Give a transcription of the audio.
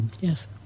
Yes